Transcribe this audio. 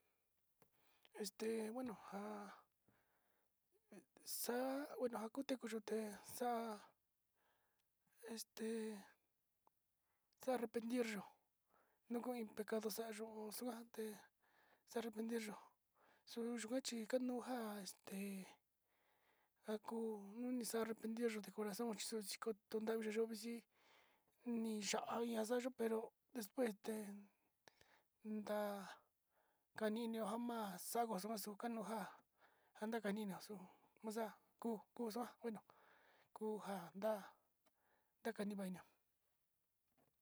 Este bueno nja'a xa'a bueno xakute kuu yuté, xa'a este xa'a arrepentir yo'o nuku iin pecado xa'a yoxo'o, kuante xa'a arrepentir xo'o yuu kua xhi kanuka te oko xa'a arrepentir de corazón chi xuu kunda yo vixí, nii xavi taxaxio pero despues ten ndá kaninio jamas xanguo xakanu nuu nja'a njanakanina xuu maxa kuu xua bueno kuu njandá nakani va'a inina.